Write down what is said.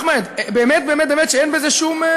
אחמד, באמת, באמת, באמת, שאין בזה שום,